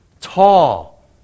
tall